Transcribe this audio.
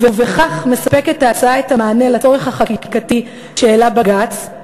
ובכך מספקת ההצעה את המענה לצורך החקיקתי שהעלה בג"ץ,